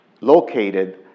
located